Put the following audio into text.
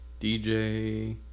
DJ